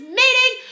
meeting